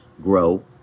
grow